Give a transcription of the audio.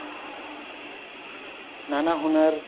ᱱᱟᱱᱟᱦᱩᱱᱟᱹᱨ